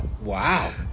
Wow